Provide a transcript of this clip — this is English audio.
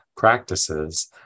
Practices